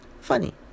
funny